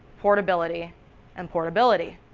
portability and portability.